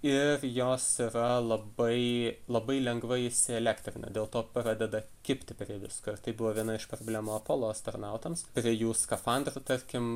ir jos yra labai labai lengvai įsielektrina dėl to pradeda kibti prie visko ir tai buvo viena iš problemų apolo astronautams prie jų skafandrų tarkim